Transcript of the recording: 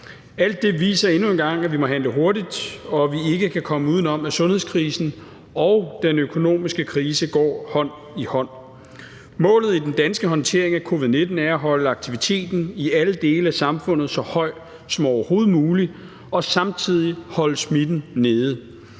Alt det viser endnu en gang, at vi må handle hurtigt, og at vi ikke kan komme uden om, at sundhedskrisen og den økonomiske krise går hånd i hånd. Målet for den danske håndtering af covid-19 er at holde aktiviteten i alle dele af samfundet så høj som overhovedet muligt og samtidig holde smitten nede.